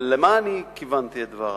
למה כיוונתי את דברי?